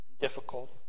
difficult